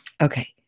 Okay